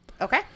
okay